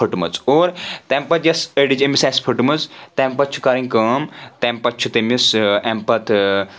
پھٕٹمٕژ اور تَمہِ پَتہٕ یۄس أڑِچ أمِس آسہِ پھٕٹمٕژ تَمہِ پَتہٕ چھِ کَرٕنۍ کٲم تَمہِ پتہٕ چھُ تٔمِس اَمہِ پتہٕ